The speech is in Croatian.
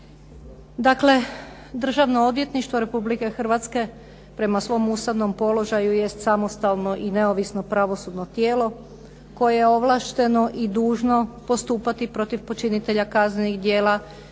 Dakle, Državno odvjetništvo Republike Hrvatske prema svom ustavnom položaju jest samostalno i neovisno pravosudno tijelo koje je ovlašteno i dužno postupati protiv počinitelja kaznenih djela